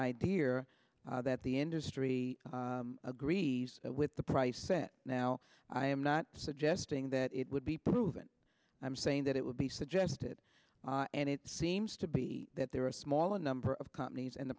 here that the industry agrees with the price set now i am not suggesting that it would be proven i am saying that it would be suggested and it seems to be that there are a small number of companies and the